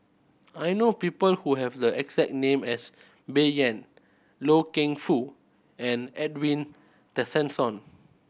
I know people who have the exact name as Bai Yan Loy Keng Foo and Edwin Tessensohn